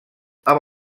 amb